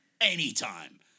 anytime